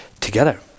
together